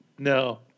No